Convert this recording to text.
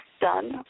done